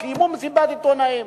קיימו מסיבת עיתונאים,